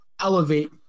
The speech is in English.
elevate